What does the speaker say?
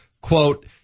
quote